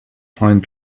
pine